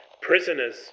Prisoners